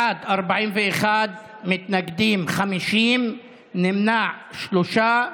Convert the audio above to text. בעד, 41, מתנגדים, 50, נמנעים, שלושה.